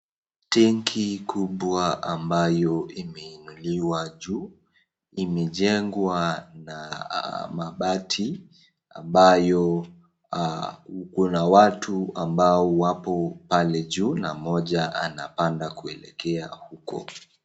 Tangi kubwa ambayo imeinuliwa juu, imejengwa na mabati ambayo kuna watu ambao wapo pale juu na mmoja anapanda kuelekea huko.